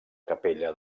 capella